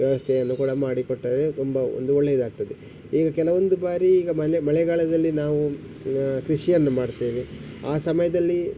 ವ್ಯವಸ್ಥೆಯನ್ನು ಕೂಡ ಮಾಡಿ ಕೊಟ್ಟರೆ ತುಂಬ ಒಂದು ಒಳ್ಳೆಯದಾಗ್ತದೆ ಈಗ ಕೆಲವೊಂದು ಬಾರಿ ಈಗ ಮಲೆ ಮಳೆಗಾಲದಲ್ಲಿ ನಾವು ಕೃಷಿಯನ್ನು ಮಾಡ್ತೇವೆ ಆ ಸಮಯದಲ್ಲಿ